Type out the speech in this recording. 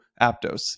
Aptos